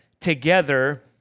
together